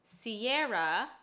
Sierra